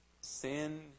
sin